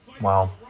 Wow